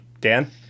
Dan